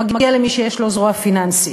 מגיע למי שיש לו זרוע פיננסית.